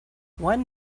one